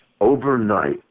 overnight